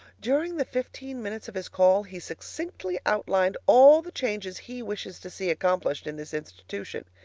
during the fifteen minutes of his call he succinctly outlined all the changes he wishes to see accomplished in this institution.